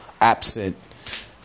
absent